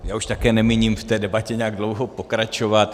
Já už také nemíním v té debatě nějak dlouho pokračovat.